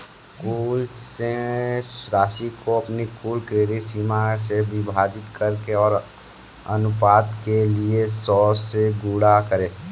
कुल शेष राशि को अपनी कुल क्रेडिट सीमा से विभाजित करें और अनुपात के लिए सौ से गुणा करें